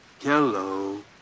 Hello